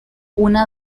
una